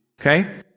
Okay